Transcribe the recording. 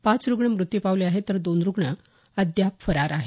पाच रुग्ण मृत्यू पावले आहेत तर दोन रुग्ण अद्याप फरार आहेत